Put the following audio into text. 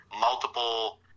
multiple